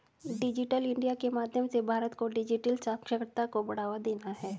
digital India के माध्यम से भारत को डिजिटल साक्षरता को बढ़ावा देना है